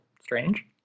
strange